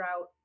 out